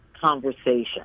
conversation